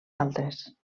altres